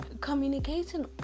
communicating